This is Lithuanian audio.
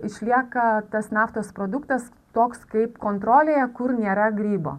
išlieka tas naftos produktas toks kaip kontrolėje kur nėra grybo